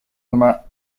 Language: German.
nummer